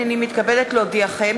הנני מתכבדת להודיעכם,